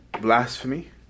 blasphemy